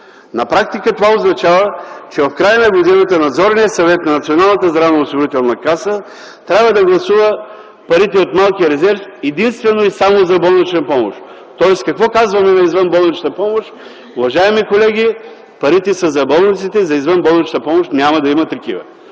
На практика това означава, че в края на годината Надзорният съвет на Националната здравноосигурителна каса трябва да гласува парите от малкия резерв единствено и само за болнична помощ. Тоест какво казваме на извънболничната помощ? Уважаеми колеги, парите са за болниците, за извънболнична помощ няма да има такива.